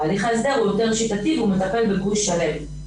הליך ההסדר הוא יותר שיטתי והוא מטפל בגוש שלם.